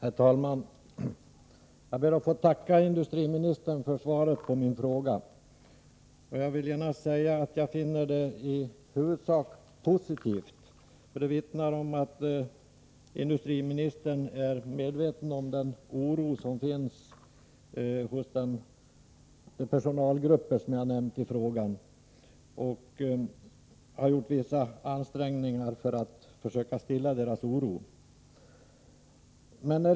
Herr talman! Jag ber att få tacka industriministern för svaret på min fråga. Jag vill genast säga att jag finner det i huvudsak positivt. Det vittnar om att industriministern är medveten om den oro som de personalgrupper känner som jag har nämnt i frågan och vidare att han har gjort vissa ansträngningar för att stilla deras oro.